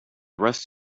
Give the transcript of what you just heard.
rest